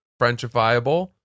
Frenchifiable